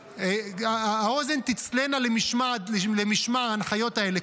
האוזניים תצילנה למשמע ההנחיות האלה.